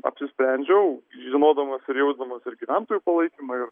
apsisprendžiau žinodamas ir jausdamas ir gyventojų palaikymą ir